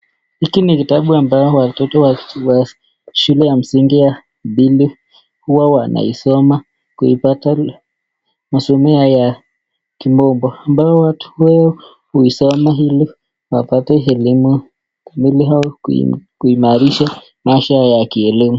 Hiki ni kitabu ambao watoto wa shule ya msingi ya upili, huwa wanakisoma kuipata masomeo ya kimombo, ambao watu wengi uisoma ili wapata elimu ili watu kuimarisha maisha ya kielimu.